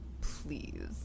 please